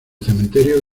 cementerio